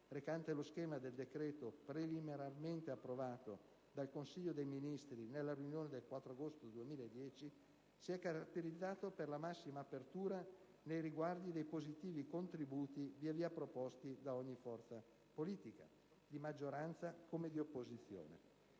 recante lo schema del decreto preliminarmente approvato dal Consiglio dei ministri nella riunione del 4 agosto 2010, si è caratterizzato per la massima apertura nei riguardi dei positivi contributi via via proposti da ogni forza politica, di maggioranza come di opposizione.